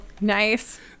Nice